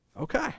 Okay